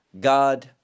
God